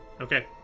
Okay